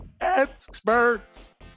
experts